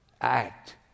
act